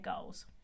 goals